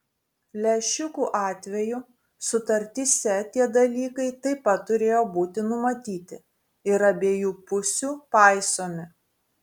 lęšiukų atveju sutartyse tie dalykai taip pat turėjo būti numatyti ir abiejų pusių paisomi